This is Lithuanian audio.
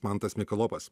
mantas mikalopas